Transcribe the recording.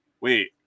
Wait